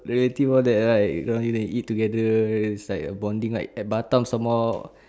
relative all that right go and eat together it's like a bonding right at batam some more